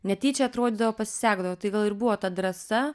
netyčia atrodydavo pasisekdavo tai gal ir buvo ta drąsa